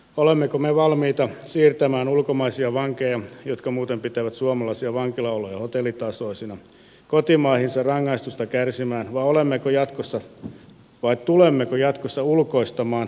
olemmeko me valmiita siirtämään ulkomaisia vankeja jotka muuten pitävät suomalaisia vankilaoloja hotellitasoisina kotimaihinsa rangaistusta kärsimään vai tulemmeko jatkossa ulkoistamaan vankilapalvelut